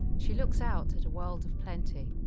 she looks out at a world of plenty,